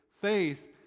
faith